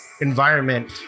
environment